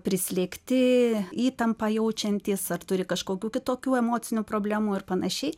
prislėgti įtampą jaučiantys ar turi kažkokių kitokių emocinių problemų ir panašiai